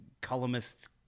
columnist